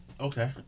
Okay